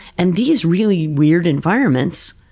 and these really weird environments,